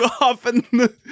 often